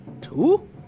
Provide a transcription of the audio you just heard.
two